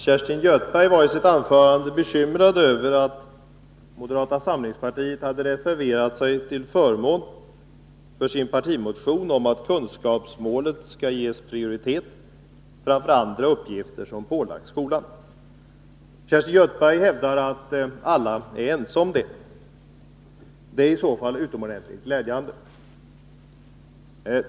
Herr talman! Kerstin Göthberg var i sitt anförande bekymrad över att moderata samlingspartiet hade reserverat sig till förmån för sin partimotion om att kunskapsmålet skall ges prioritet framför andra uppgifter som skolan ålagts. Kerstin Göthberg hävdar att alla är ense om det. Det är i så fall utomordentligt glädjande.